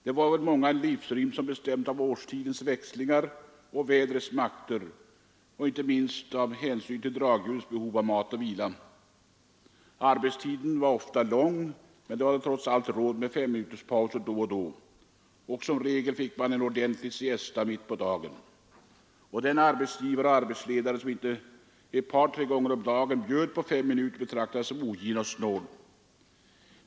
Det var för många en livsrytm som bestämdes av årstidernas växlingar och vädrets makter och inte minst av dragdjurens behov av mat och vila. Arbetstiden var ofta lång, men man hade trots allt råd med femminuterspauser då och då. Som regel fick man också en siesta mitt på dagen. Den arbetsgivare eller arbetsledare som inte ett par tre gånger om dagen bjöd på fem minuter betraktades som ogin och snål.